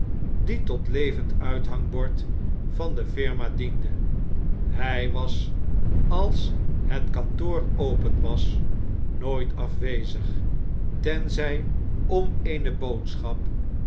die tot levend uithangbord van de firma diende h j was als het kantoor open was nooit afwezig tenzij om eene boodschap